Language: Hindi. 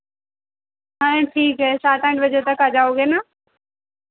हाँ ठीक है सात आठ बजे तक आ जाओगे ना